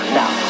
now